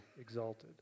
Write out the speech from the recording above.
exalted